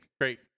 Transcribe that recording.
great